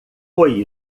foi